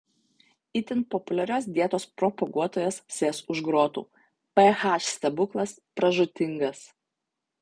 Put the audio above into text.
itin populiarios dietos propaguotojas sės už grotų ph stebuklas pražūtingas